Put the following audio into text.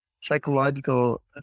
psychological